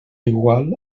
igual